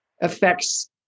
affects